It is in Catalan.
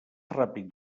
ràpid